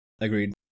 Agreed